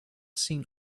seen